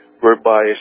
whereby